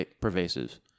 pervasive